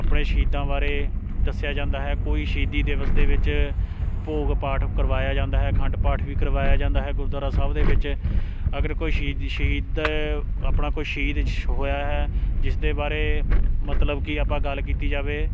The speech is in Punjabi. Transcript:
ਆਪਣੇ ਸ਼ਹੀਦਾਂ ਬਾਰੇ ਦੱਸਿਆ ਜਾਂਦਾ ਹੈ ਕੋਈ ਸ਼ਹੀਦੀ ਦਿਵਸ ਦੇ ਵਿਚ ਭੋਗ ਪਾਠ ਕਰਵਾਇਆ ਜਾਂਦਾ ਹੈ ਅਖੰਡ ਪਾਠ ਵੀ ਕਰਵਾਇਆ ਜਾਂਦਾ ਹੈ ਗੁਰਦੁਆਰਾ ਸਾਹਿਬ ਦੇ ਵਿੱਚ ਅਗਰ ਕੋਈ ਸ਼ਹੀਦ ਸ਼ਹੀਦ ਆਪਣਾ ਕੋਈ ਸ਼ਹੀਦ ਸ਼ ਹੋਇਆ ਹੈ ਜਿਸ ਦੇ ਬਾਰੇ ਮਤਲਬ ਕਿ ਆਪਾਂ ਗੱਲ ਕੀਤੀ ਜਾਵੇ